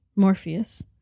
Morpheus